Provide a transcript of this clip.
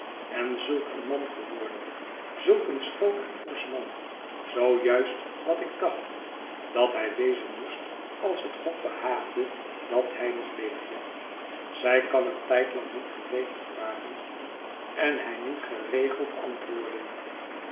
en zulk een man geworden zulk een schoon en forsch man zoo juist wat ik dacht dat hij wezen moest als het god behaagde dat hij nog leefde zij kan een tijdlang niet geregeld vragen en hij niet geregeld antwoorden